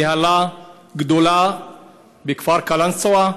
בהלה גדולה בכפר קלנסואה